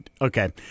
Okay